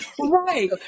Right